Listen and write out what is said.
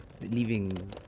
leaving